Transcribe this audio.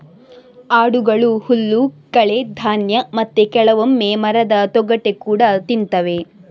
ಆಡುಗಳು ಹುಲ್ಲು, ಕಳೆ, ಧಾನ್ಯ ಮತ್ತೆ ಕೆಲವೊಮ್ಮೆ ಮರದ ತೊಗಟೆ ಕೂಡಾ ತಿಂತವೆ